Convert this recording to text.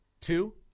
Two